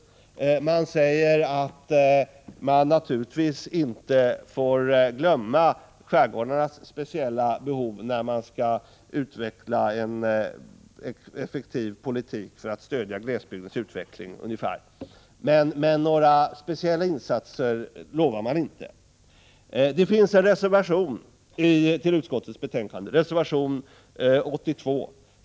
Utskottet säger att man naturligtvis inte får glömma skärgårdarnas speciella behov när en effektiv politik för att stödja glesbygdens utveckling skall utformas. Några speciella insatser utlovar man emellertid inte. Reservation 82 till utskottets betänkande behandlar dessa frågor.